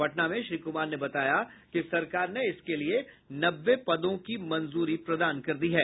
पटना में श्री कुमार ने बताया कि सरकार ने इसके लिए नब्बे पदों की मंजूरी दी है